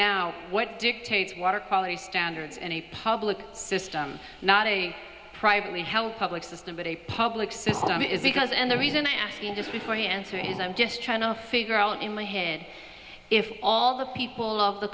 now what dictates water quality standards in a public system not a privately held public system but a public system is because and the reason i ask you just before you answer is i'm just trying to figure out in my head if all the people of the